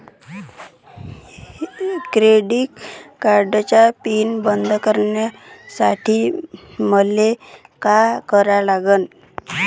Credit कार्डाचा pin बदलासाठी मले का करा लागन?